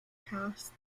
passed